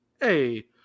Hey